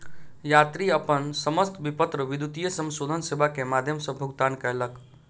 यात्री अपन समस्त विपत्र विद्युतीय समाशोधन सेवा के माध्यम सॅ भुगतान कयलक